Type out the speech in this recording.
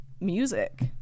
music